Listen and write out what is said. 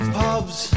pubs